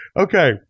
okay